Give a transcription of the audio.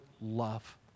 love